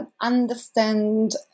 understand